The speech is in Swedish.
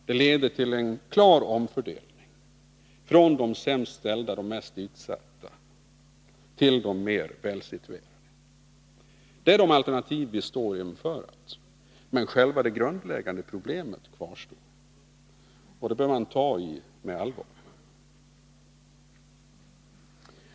Det leder till en klar omfördelning från de sämst ställda, de mest utsatta, till de mer välsituerade. Det är de alternativ vi står inför. Men själva det grundläggande problemet kvarstår, och det bör man ta tag i med allvar.